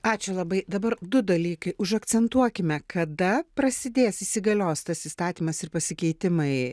ačiū labai dabar du dalykai užakcentuokime kada prasidės įsigalios tas įstatymas ir pasikeitimai